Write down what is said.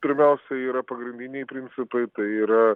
svarbiausia yra pagrindiniai principai tai yra